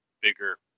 bigger